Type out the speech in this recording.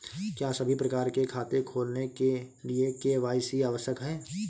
क्या सभी प्रकार के खाते खोलने के लिए के.वाई.सी आवश्यक है?